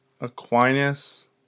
Aquinas